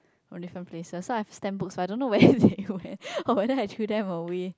from different places so I have stamp books but I don't know where they went or whether I threw them away